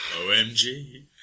OMG